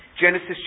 Genesis